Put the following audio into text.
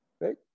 right